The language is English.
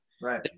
Right